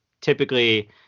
typically